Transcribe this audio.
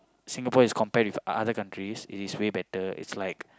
Singapore is compared with other countries it is way better it's like